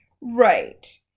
Right